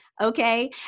Okay